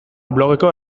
blogeko